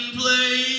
play